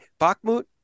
Bakhmut